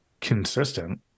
consistent